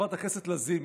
חברת הכנסת לזימי?